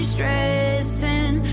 stressing